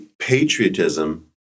patriotism